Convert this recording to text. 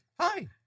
Hi